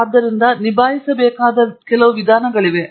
ಆದ್ದರಿಂದ ನಿಭಾಯಿಸಬೇಕಾದ ಕೆಲವು ವಿಧಾನಗಳಿವೆ